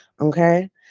Okay